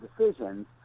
decisions